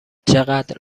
چقدر